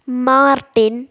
Martin